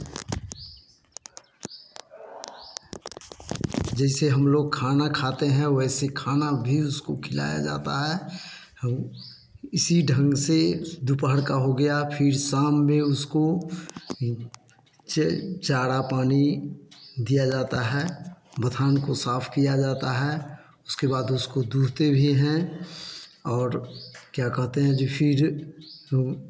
जैसे हम लोग खाना खाते है वैसे खाना भी उसको खिलाया जाता है हउ इसी ढंग से दुपहर का हो गया फिर शाम में उसको चै चारा पानी दिया जाता है बथान को साफ किया जाता है उसके बाद उसको दुहते भी हैं और क्या कहते हैं जे फिर वह